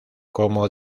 como